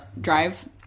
drive